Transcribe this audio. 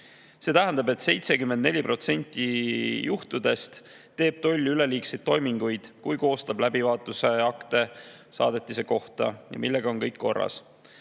See tähendab, et 74% juhtudest teeb toll üleliigseid toiminguid, kui koostab läbivaatuse akte saadetiste kohta, millega on kõik korras.